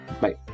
Bye